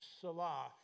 Salah